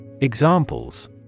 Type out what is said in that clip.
Examples